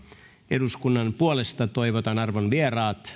eduskunnan puolesta toivotan arvon vieraat